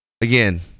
again